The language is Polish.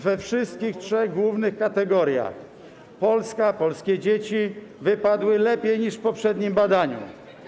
We wszystkich trzech głównych kategoriach Polska, polskie dzieci wypadły lepiej niż w poprzednim badaniu.